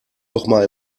nochmal